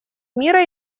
мира